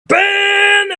been